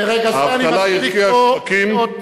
מרגע זה אני מתחיל לקרוא קריאות.